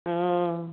ও